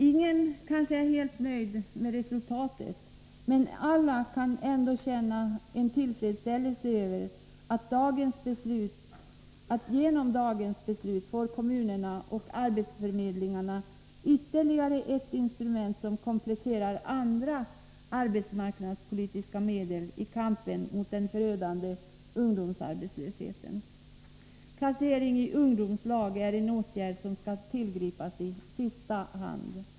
Ingen är kanske helt nöjd med resultatet, men alla kan ändå känna en tillfredsställelse över att kommunerna och arbetsförmedlingarna genom dagens beslut kommer att få ytterligare ett instrument som kompletterar andra arbetsmarknadspolitiska medel i kampen mot den förödande ungdomsarbetslösheten. Placering i ungdomslag är en åtgärd som skall tillgripas i sista hand. '